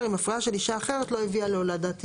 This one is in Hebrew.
אם הפריה של אישה אחרת לא הביאה להולדת ילד.